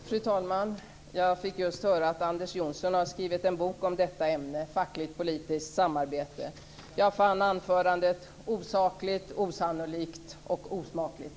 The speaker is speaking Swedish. Fru talman! Jag fick just höra att Anders Johnson har skrivit en bok om ämnet fackligt-politiskt samarbete. Jag fann anförandet osakligt, osannolikt och osmakligt.